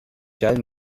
tell